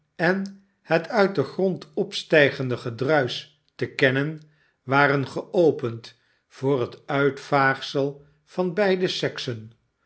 en het uit den grand opstijgende gedruis te kennen waren geopend voor het uitvaagsel van beide seksen